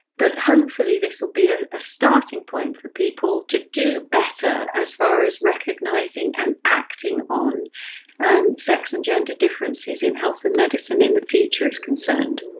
but hopefully, this will be ah a starting point for people to do better as far as recognizing and acting on um sex and gender differences in health and medicine in the future is concerned